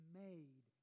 made